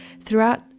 throughout